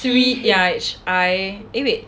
T_H_I eh wait